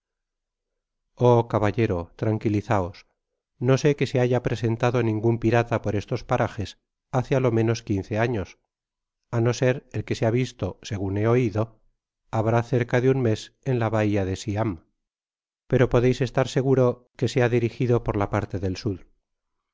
caballero tranquilizaos no sé que se haya presentado ningun pirata por estos parajes hace á lo meaos quince años á no ser el que se ha visto segun he oido habrá cerca de un mes en la bahia de siam pero poders estar seguro que se ha dirigido por la parte del sud